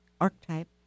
archetype